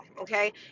okay